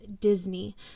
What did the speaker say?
Disney